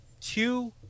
two